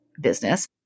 business